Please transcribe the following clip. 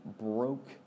broke